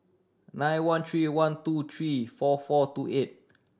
nine one three one two three four four two eight